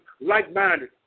like-minded